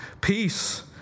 Peace